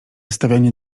stawianie